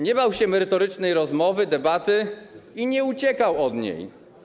Nie bał się on merytorycznej rozmowy, debaty i nie uciekał od niej.